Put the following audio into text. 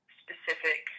specific